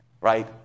right